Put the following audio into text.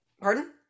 Pardon